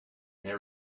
may